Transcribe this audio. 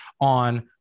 on